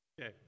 Okay